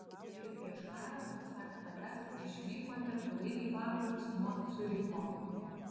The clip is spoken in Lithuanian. ir prieš karą pasak tavęs išvykote toli į vakarus nuo ciuricho